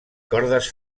cordes